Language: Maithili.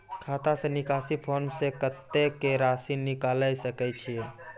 खाता से निकासी फॉर्म से कत्तेक रासि निकाल सकै छिये?